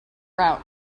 route